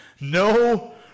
No